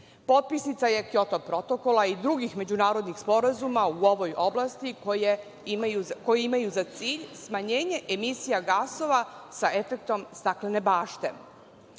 potpisnica je Kjoto protokola i drugih međunarodnih sporazuma u ovoj oblasti koje imaju za cilj smanjenje emisija gasova sa efektom staklene bašte. Kao